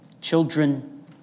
children